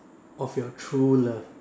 of your true love